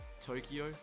Tokyo